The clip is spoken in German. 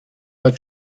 war